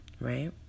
right